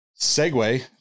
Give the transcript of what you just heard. segue